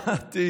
שמעתי